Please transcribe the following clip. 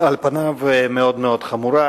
על פניו, הביקורת